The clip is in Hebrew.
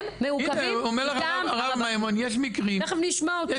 הם מעוכבים מטעם הרבנות אומר הרב מימון יש מקרים שהוא